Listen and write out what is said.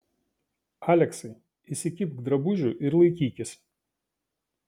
aleksai įsikibk drabužių ir laikykis